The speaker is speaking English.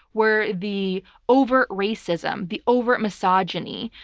where the overt racism, the overt misogyny,